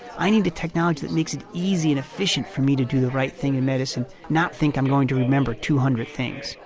i need a technology that makes it easy and efficient for me to do the right thing in medicine. not think i'm going to remember two hundred things,